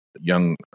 young